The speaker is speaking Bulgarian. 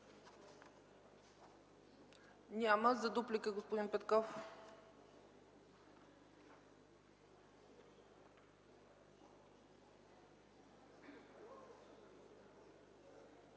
Няма. За дуплика – господин Петков.